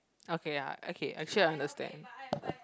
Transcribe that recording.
okay ya okay actually I understand